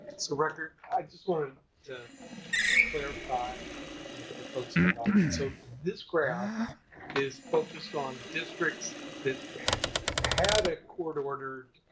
so rucker, i just wanted to clarify you know folks in the audience, so this graph is focused on districts that had had a court ordered